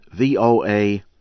VOA